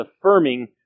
affirming